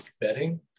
betting